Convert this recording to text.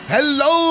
Hello